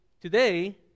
today